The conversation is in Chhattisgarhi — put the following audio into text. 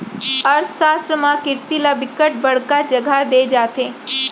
अर्थसास्त्र म किरसी ल बिकट बड़का जघा दे जाथे